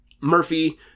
Murphy